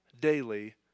daily